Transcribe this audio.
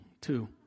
two